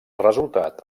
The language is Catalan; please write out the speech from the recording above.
resultat